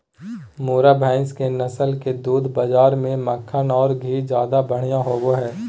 मुर्रा भैस के नस्ल के दूध बाज़ार में मक्खन औरो घी ज्यादा बढ़िया होबो हइ